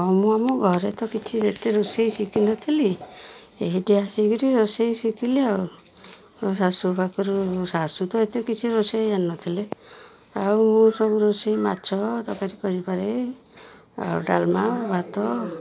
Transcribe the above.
ହଁ ମୁଁ ଆମ ଘରେ ତ କିଛି ଯେତେ ରୋଷେଇ ଶିଖିନଥିଲି ଏଠି ଆସିକିରି ରୋଷେଇ ଶିଖିଲି ମୋ ଶାଶୁ ପାଖରୁ ଶାଶୁ ତ ଏତେ କିଛି ରୋଷେଇ ଜାଣିନଥିଲେ ଆଉ ମୁଁ ସବୁ ରୋଷେଇ ମାଛ ତରକାରୀ କରିପାରେ ଆଉ ଡାଲ୍ମା ଭାତ